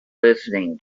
listening